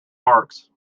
parks